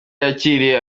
yakiriye